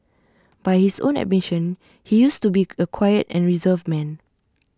by his own admission he used to be A quiet and reserved man